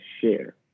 share